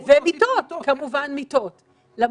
המיטות, וכמובן מיטות.